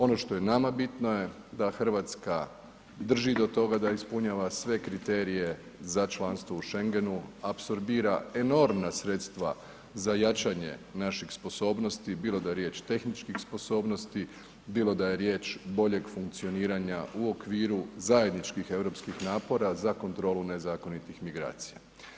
Ono što je nama bitno je da Hrvatska drži do toga da ispunjava sve kriterije za članstvo u Schengenu, apsorbira enormna sredstava za jačanje naših sposobnosti, bilo da je riječ tehničkih sposobnosti, bilo da je riječ boljeg funkcioniranja u okviru zajedničkih europskih napora za kontrolu nezakonitih migracija.